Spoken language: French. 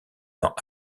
dans